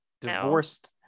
divorced